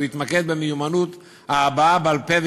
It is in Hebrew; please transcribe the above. הוא יתמקד במיומנויות ההבעה בעל-פה,